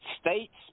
states